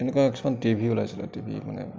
এনেকুৱা কিছুমান TV ওলাইছিলে টি ভি মানে